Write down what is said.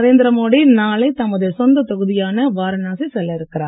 நரேந்திரமோடி நாளை தமது சொந்தத் தொகுதியான வாரணாசி செல்ல இருக்கிறார்